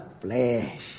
flesh